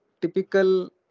typical